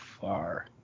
far